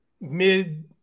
mid